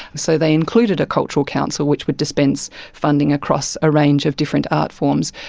so they included a cultural council which would dispense funding across a range of different art forms.